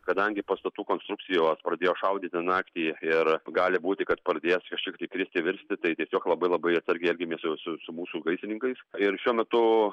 kadangi pastatų konstrukcijos pradėjo šaudyti naktį ir gali būti kad pradės čia šiek tiek kristi virsti tai tiesiog labai labai atsargiai elgiamės su su mūsų gaisrininkais ir šiuo metu